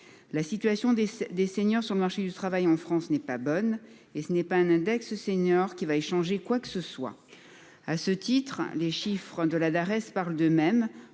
La situation des des seniors sur le marché du travail en France n'est pas bonne et ce n'est pas un index seniors qui va y changer quoi que ce soit. À ce titre, les chiffres de la Dares parlent d'eux-mêmes